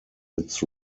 its